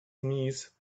knees